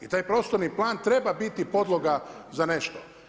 I taj prostorni plan treba biti podloga za nešto.